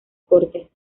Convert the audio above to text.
cortes